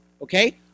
okay